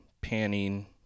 panning